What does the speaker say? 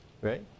right